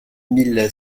mille